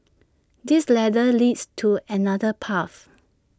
this ladder leads to another path